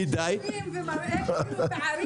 הוא עושה שקפים ומראה פערים.